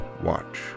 watch